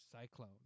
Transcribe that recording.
Cyclone